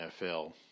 NFL